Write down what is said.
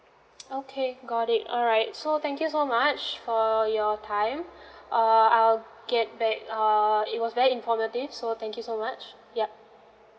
okay got it alright so thank you so much for your time err I'll get back err it was very informative so thank you so much yup